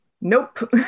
Nope